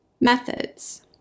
Methods